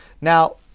Now